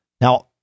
Now